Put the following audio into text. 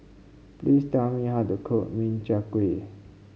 please tell me how to cook Min Chiang Kueh